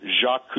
Jacques